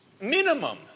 minimum